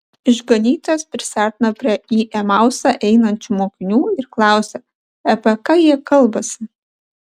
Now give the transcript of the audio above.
išganytojas prisiartina prie į emausą einančių mokinių ir klausia apie ką jie kalbasi